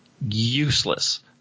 useless